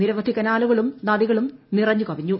നിരവധി കനാലുകളും നദികളും നിറഞ്ഞു കവിഞ്ഞു